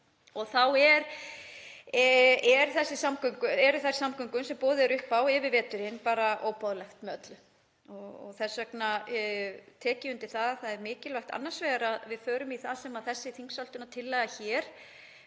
og þá eru þær samgöngur sem boðið er upp á yfir veturinn bara óboðlegar með öllu. Þess vegna tek ég undir að það er mikilvægt annars vegar að við förum í það sem þessi þingsályktunartillaga hér